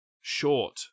short